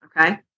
Okay